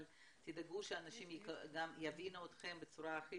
אבל תדאגו שאנשים יבינו אתכם בצורה הכי